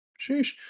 Sheesh